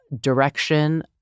direction